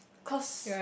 cause